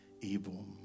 evil